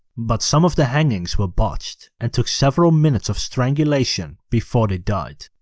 but some of the hangings were botched and took several minutes of strangulation before they died.